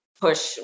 push